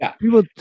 people